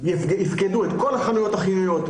יפקדו את כל החנויות החיוניות,